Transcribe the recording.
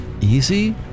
easy